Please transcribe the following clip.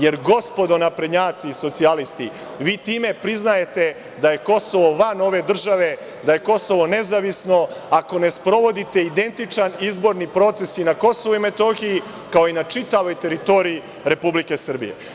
Jer, gospodo naprednjaci i socijalisti, vi time priznajete da je Kosovo van ove države, da je Kosovo nezavisno, ako ne sprovodite identičan izborni proces i na KiM, kao i na čitavoj teritoriji Republike Srbije.